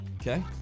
Okay